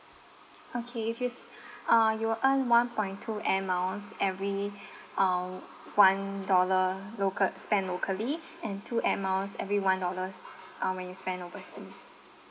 okay if you uh you'll earn one point two air miles every uh one dollar local spent locally and two air miles every one dollars uh when you spend overseas